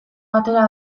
batera